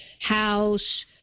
house